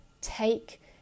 take